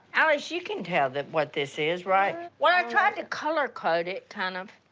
alex, you can tell what this is, right? well, i tried to color-code it, kind of.